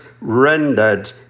rendered